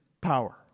power